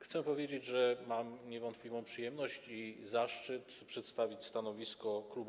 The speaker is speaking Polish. Chcę powiedzieć, że mam niewątpliwą przyjemność i zaszczyt przedstawić stanowisko klubu